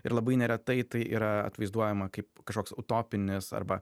ir labai neretai tai yra atvaizduojama kaip kažkoks utopinis arba